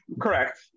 Correct